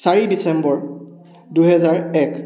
চাৰি ডিচেম্বৰ দুহেজাৰ এক